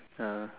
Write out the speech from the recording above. yeah